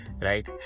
Right